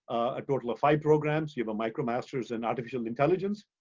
a total of five programs, you have a micromasters in artificial intelligence.